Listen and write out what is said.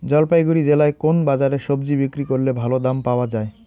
জলপাইগুড়ি জেলায় কোন বাজারে সবজি বিক্রি করলে ভালো দাম পাওয়া যায়?